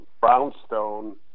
brownstone